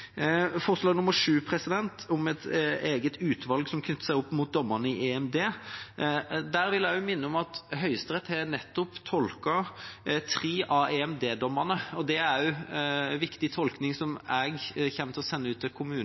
Forslag nr. 7, om et eget utvalg som knytter seg opp mot dommene i EMD: Der vil jeg også minne om at Høyesterett nettopp har tolket tre av EMD-dommene. Det er også en viktig tolkning som jeg kommer til å sende ut til